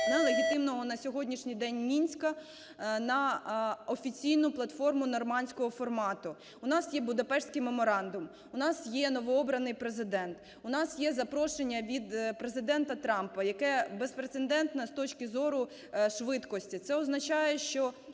нелегітимного на сьогоднішній день Мінська на офіційну платформу нормандського формату. У нас є Будапештський меморандум, у нас є новообраний Президент, у нас є запрошення від Президента Трампа, яке безпрецедентне з точки зору швидкості. Це означає, що